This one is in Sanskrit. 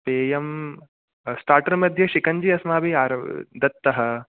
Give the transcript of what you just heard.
पेयं स्टार्टर् मध्ये शिकञ्जि अस्माभिः दत्तः